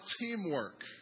teamwork